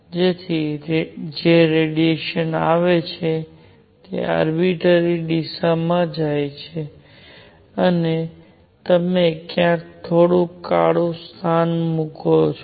તેથી જે રેડિયેશન આવે છે તે અરબીટરી દિશામાં જાય છે અને તમે ક્યાંક થોડું કાળું સ્થાન પણ મૂકો છો